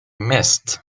missed